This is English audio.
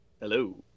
hello